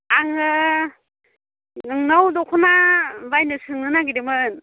आङो नोंनाव दख'ना बायनो सोंनो नागिरदोंमोन